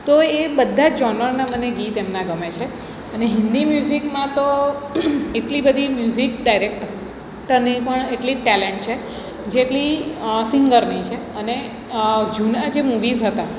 તો એ બધા જ જોનરનાં મને ગીત એમના ગમે છે અને હિન્દી મ્યુઝિકમાં તો એટલી બધી મ્યુઝિક ડાયરેકટરની પણ એટલી ટેલેન્ટ છે જેટલી સિંગરની છે અને જૂનાં જે મૂવીસ હતાં